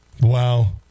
Wow